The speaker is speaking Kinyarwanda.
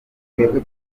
twebwe